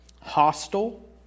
Hostile